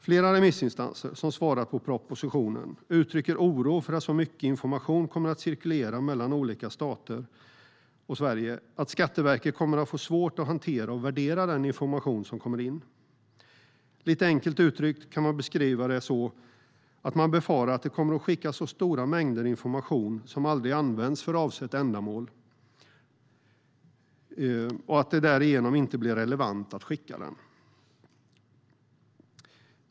Flera remissinstanser som har svarat på propositionen uttrycker oro för att så mycket information kommer att cirkulera mellan olika stater och Sverige att Skatteverket kommer att få svårt att hantera och värdera den information som kommer in. Lite enkelt uttryckt kan man beskriva det så att man befarar att det kommer att skickas stora mängder information som aldrig används för avsett ändamål och att det därigenom inte blir relevant att skicka den.